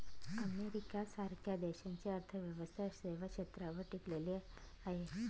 America सारख्या देशाची अर्थव्यवस्था सेवा क्षेत्रावर टिकलेली आहे